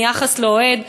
מיחס לא אוהד.